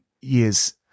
years